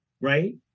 right